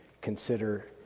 consider